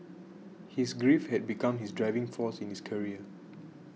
his grief had become his driving force in his career